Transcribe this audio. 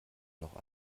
noch